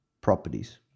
properties